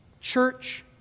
church